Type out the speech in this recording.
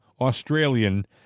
Australian